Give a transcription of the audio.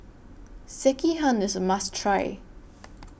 Sekihan IS A must Try